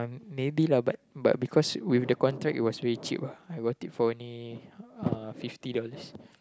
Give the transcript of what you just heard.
um maybe lah but but because with the contract it was very cheap ah I got it for only uh fifty dollars